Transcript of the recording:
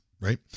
right